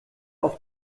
auf